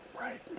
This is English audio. Right